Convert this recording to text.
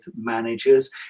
managers